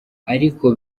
ariko